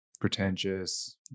pretentious